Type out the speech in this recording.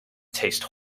taste